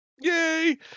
Yay